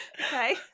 Okay